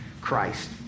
Christ